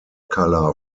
color